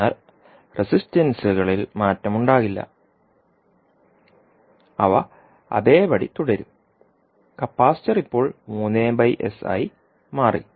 അതിനാൽ റസിസ്റ്റൻസുകളിൽ മാറ്റമുണ്ടാകില്ല അതിനാൽ ഇവ അതേപടി തുടരും കപ്പാസിറ്റർ ഇപ്പോൾ 3s ആയി മാറി